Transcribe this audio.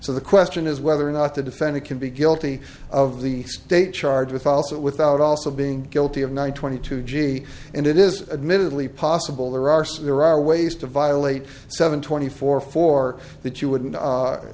so the question is whether or not the defendant can be guilty of the state charge with also without also being guilty of one twenty two g and it is admittedly possible there are some there are ways to violate seven twenty four for that you wouldn't